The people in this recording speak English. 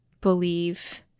believe